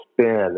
spin